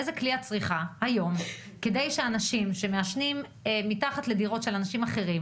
איזה כלי את צריכה כדי שאנשים שמעשנים מתחת לדירות של אנשים אחרים